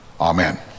amen